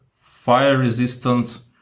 fire-resistant